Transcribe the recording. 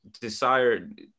desired